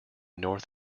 north